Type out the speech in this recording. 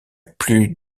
plus